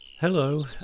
Hello